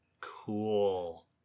Cool